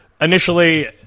initially